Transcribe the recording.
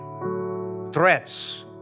threats